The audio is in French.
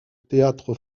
théâtre